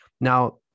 Now